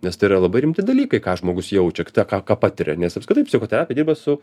nes tai yra labai rimti dalykai ką žmogus jaučia tą ką ką patiria nes apskritai psichoterapija dirba su